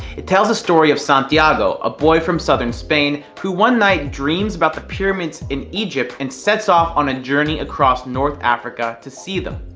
it tells the story of santiago, a boy from southern spain, who one night dreams about the pyramids in egypt and sets off on a journey across north africa to see them.